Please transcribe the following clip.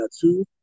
two